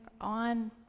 on